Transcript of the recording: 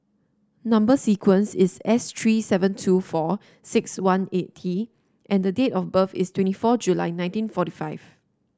number sequence is S three seven two four six one eight T and date of birth is twenty four July nineteen forty five